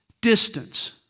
distance